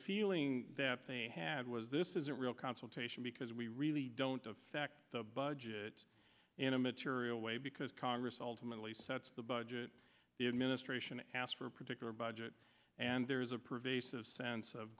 feeling that they had was this isn't real consultation because we really don't affect the budget in a material way because congress ultimately sets the budget the administration asked for a particular budget and there is a pervasive sense of